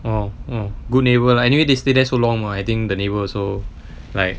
oh oh good neighbour lah anyway they stay there so long what I think the neighbour also like